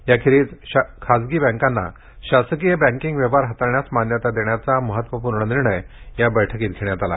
याशिवाय खासगी बँकांना शासकीय बँकिंग व्यवहार हाताळण्यास मान्यता देण्याचा महत्वपूर्ण निर्णय या बैठकीत घेण्यात आला